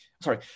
sorry